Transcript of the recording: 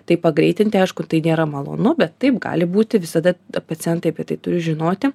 tai pagreitinti aišku tai nėra malonu bet taip gali būti visada pacientai apie tai turi žinoti